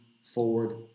forward